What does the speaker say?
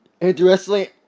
interestingly